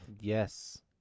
Yes